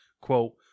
quote